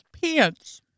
pants